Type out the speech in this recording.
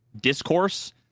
discourse